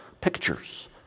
pictures